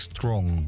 Strong